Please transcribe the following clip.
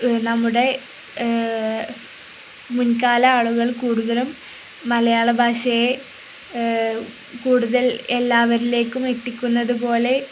നമ്മുടെ മുൻകാല ആളുകൾ കൂടുതലും മലയാളഭാഷയെ കൂടുതൽ എല്ലാവരിലേക്കും എത്തിക്കുന്നത് പോലെ